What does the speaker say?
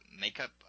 makeup